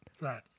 Right